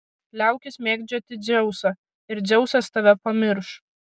liaukis mėgdžioti dzeusą ir dzeusas tave pamirš